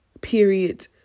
period